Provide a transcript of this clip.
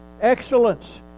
excellence